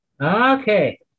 Okay